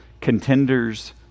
Contenders